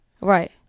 Right